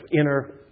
inner